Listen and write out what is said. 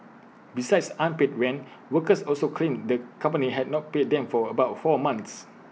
besides unpaid rent workers also claimed the company had not paid them for about four months